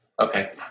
Okay